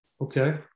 Okay